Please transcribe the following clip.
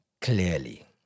clearly